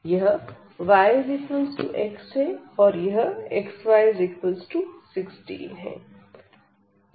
यह yx है और यह xy 1 6 है